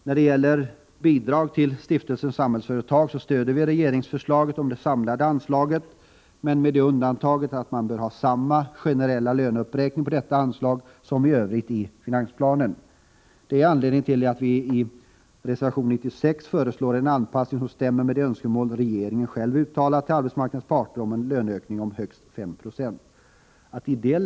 När det gäller bidrag till Stiftelsen Samhällsföretag stöder vi regeringsförslaget om det samlade anslaget, med det undantaget att man bör ha samma generella löneuppräkning på detta anslag som i övrigt i finansplanen. Detta är anledningen till att vi i reservation 96 föreslår en anpassning som stämmer överens med de önskemål regeringen tidigare har uttalat till arbetsmarknadens parter om löneökningar på högst 5 76.